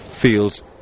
feels